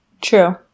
true